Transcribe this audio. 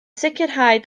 sicrhau